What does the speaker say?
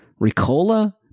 Ricola